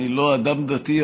אני לא אדם דתי,